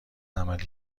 عملی